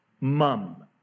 mum